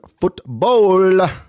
football